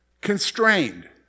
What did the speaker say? constrained